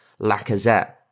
Lacazette